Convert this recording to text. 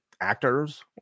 Actors